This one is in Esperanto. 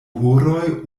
horoj